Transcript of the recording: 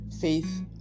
faith